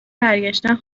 برگشتن